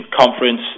conference